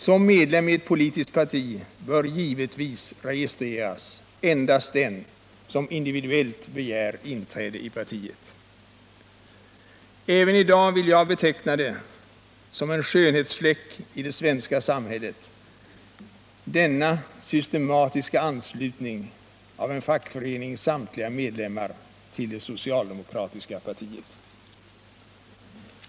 Som medlem i ett politiskt parti bör givetvis registreras endast den som individuellt begär inträde i partiet. Även i dag vill jag beteckna det som en skönhetsfläck i det svenska samhället — denna systematiska anslutning av en fackförenings samtliga medlemmar till det socialdemokratiska partiet.